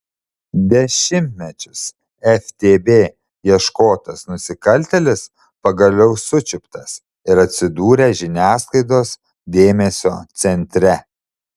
dešimtmečius ftb ieškotas nusikaltėlis pagaliau sučiuptas ir atsidūrė žiniasklaidos dėmesio centre